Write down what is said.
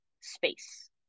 space